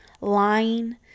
lying